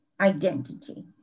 identity